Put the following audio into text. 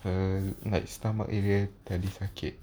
her like stomach area sakit